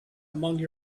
among